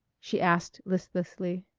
she asked listlessly.